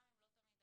גם אם לא תמיד